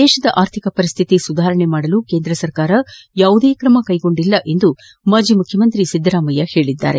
ದೇಶದ ಆರ್ಥಿಕ ಪರಿಸ್ಥಿತಿ ಸುಧಾರಣೆ ಮಾಡಲು ಕೇಂದ್ರ ಸರ್ಕಾರ ಯಾವುದೇ ಕ್ರಮ ಕೈಗೊಂಡಿಲ್ಲ ಎಂದು ಮಾಜಿ ಮುಖ್ಯಮಂತ್ರಿ ಸಿದ್ದರಾಮಯ್ಯ ಹೇಳಿದ್ದಾರೆ